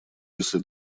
если